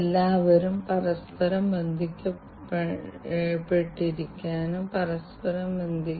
IIoT യും ഓട്ടോമേഷനും തമ്മിലുള്ള പ്രധാന വ്യത്യാസങ്ങൾ ഇവയാണ്